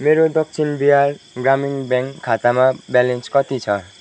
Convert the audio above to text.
मेरो दक्षिण बिहार ग्रामीण ब्याङ्क खातामा ब्यालेन्स कति छ